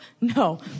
No